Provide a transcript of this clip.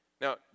Now